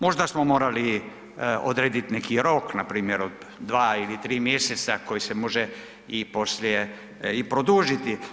Možda smo morali odredit neki rok npr. od dva ili tri mjeseca koji se može i poslije i produžiti.